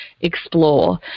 explore